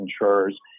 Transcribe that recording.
insurers